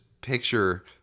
picture